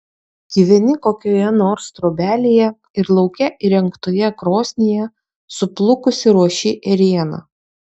gyveni kokioje nors trobelėje ir lauke įrengtoje krosnyje suplukusi ruoši ėrieną